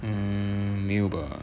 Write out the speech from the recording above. um 没有吧